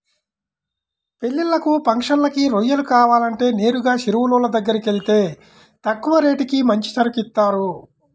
పెళ్ళిళ్ళకి, ఫంక్షన్లకి రొయ్యలు కావాలంటే నేరుగా చెరువులోళ్ళ దగ్గరకెళ్తే తక్కువ రేటుకి మంచి సరుకు ఇత్తారు